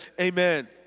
amen